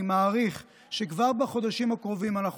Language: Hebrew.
אני מעריך שכבר בחודשים הקרובים אנחנו